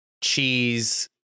cheese